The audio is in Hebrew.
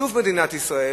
בשיתוף מדינת ישראל.